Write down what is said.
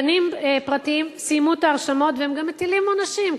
גנים פרטיים סיימו את ההרשמות והם גם מטילים עונשים,